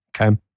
Okay